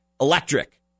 electric